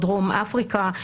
דרום אפריקה,